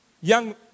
Young